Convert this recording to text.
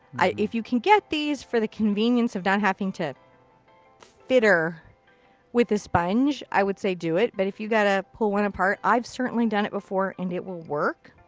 if you can get these, for the convenience of not having to fidder with a sponge, i would say do it, but if you've gotta pull one apart i've certainly done it before, and it will work.